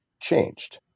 changed